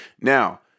Now